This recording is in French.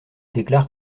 déclare